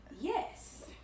Yes